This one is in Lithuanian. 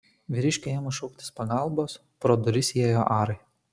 vyriškiui ėmus šauktis pagalbos pro duris įėjo arai